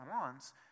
wants